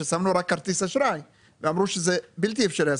ששמנו כרטיס אשראי ואמרו שזה בלתי אפשרי.